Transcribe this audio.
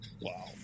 Wow